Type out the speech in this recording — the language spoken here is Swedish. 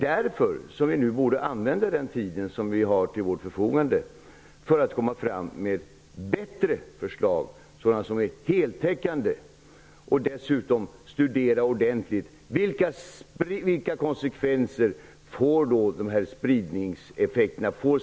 Därför borde vi nu använda den tid som står till vårt förfogande för att komma fram till bättre förslag som är heltäckande och dessutom studera ordentligt vilka konsekvenser spridningseffekterna får.